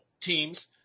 teams